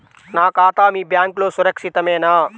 నా ఖాతా మీ బ్యాంక్లో సురక్షితమేనా?